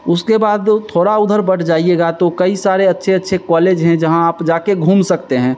उसके बाद थोड़ा उधर बढ़ जाइएगा तो कई सारे अच्छे अच्छे कॉलेज हैं जहाँ आप जाकर घूम सकते हैं